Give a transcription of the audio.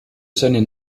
seinen